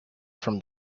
from